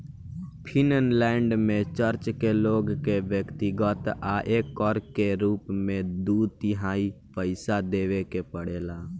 Finland में church के लोग के व्यक्तिगत आय कर के रूप में दू तिहाई पइसा देवे के पड़ेला